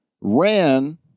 ran